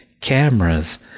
cameras